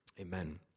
Amen